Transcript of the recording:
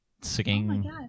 singing